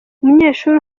umunyeshuri